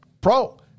pro